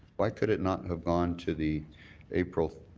why could it not have gone to the april